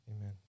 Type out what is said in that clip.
Amen